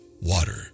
water